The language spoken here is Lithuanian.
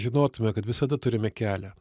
žinotume kad visada turime kelią